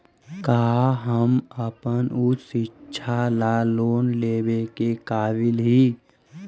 का हम अपन उच्च शिक्षा ला लोन लेवे के काबिल ही?